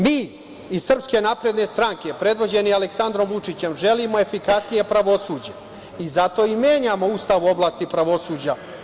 Mi iz SNS, predvođeni Aleksandrom Vučićem, želimo efikasnije pravosuđe i zato i menjamo Ustav u oblasti pravosuđa.